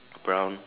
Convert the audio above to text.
brown